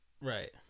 Right